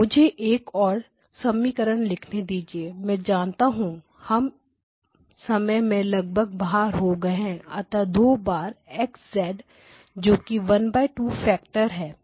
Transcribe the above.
मुझे एक और समीकरण लिखने दीजिए मैं जानता हूं कि हम समय से लगभग बाहर हो गए हैं अतः दो बार X जोकि ½ फैक्टर है